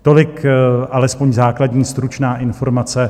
Tolik alespoň základní stručná informace.